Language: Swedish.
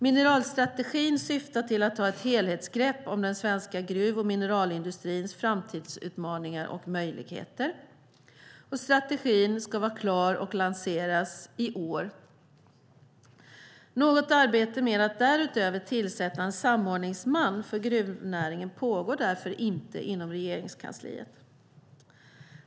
Mineralstrategin syftar till att ta ett helhetsgrepp om den svenska gruv och mineralindustrins framtidsutmaningar och möjligheter. Strategin ska vara klar och lanseras i år. Något arbete med att därutöver tillsätta en samordningsman för gruvnäringen pågår därför inte inom Regeringskansliet.